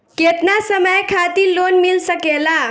केतना समय खातिर लोन मिल सकेला?